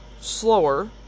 slower